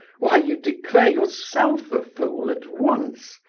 why, you declare yourself a fool at once,